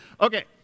Okay